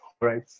right